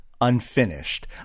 unfinished